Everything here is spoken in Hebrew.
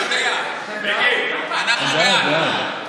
הוא יודע, הוא יודע, אנחנו בעד.